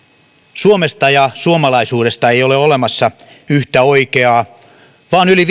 suomesta ja suomalaisuudesta ei ole olemassa yhtä oikeaa vaan yli